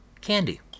Candy